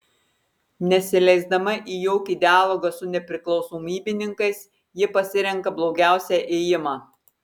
nesileisdama į jokį dialogą su nepriklausomybininkais ji pasirenka blogiausią ėjimą